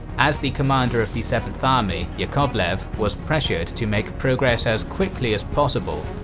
as the commander of the seventh army, yakovlev, was pressured to make progress as quickly as possible,